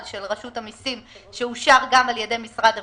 של רשות המיסים שאושר גם על ידי משרד המשפטים.